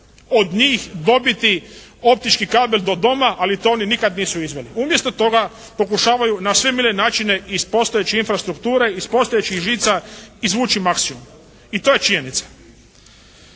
od njih dobiti optički kabel do doma, ali to oni nikad nisu izveli. Umjesto toga pokušavaju na sve mile načine iz postojeće infrastrukture, iz postojećih žica izvući maksimum i to je činjenica.